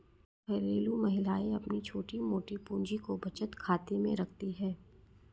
घरेलू महिलाएं अपनी छोटी मोटी पूंजी को बचत खाते में रखती है